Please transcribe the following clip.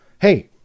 Hey